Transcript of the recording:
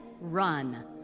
run